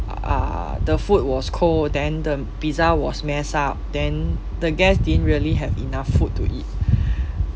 uh the food was cold then the pizza was mess up then the guest didn't really have enough food to eat